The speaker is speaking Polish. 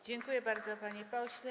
Dziękuję bardzo, panie pośle.